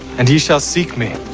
and ye shall seek me,